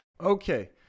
Okay